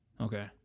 Okay